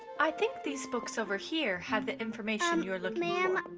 i think these books over here have the information um you are looking um